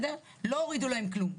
לא הורידו להם דבר.